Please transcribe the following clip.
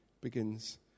begins